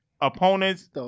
opponents